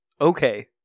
Okay